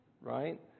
right